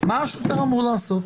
מה השוטר אמור לעשות?